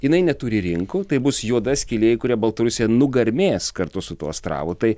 jinai neturi rinkų tai bus juoda skylė į kurią baltarusija nugarmės kartu su tuo astravu tai